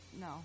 no